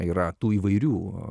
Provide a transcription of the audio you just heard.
yra tų įvairių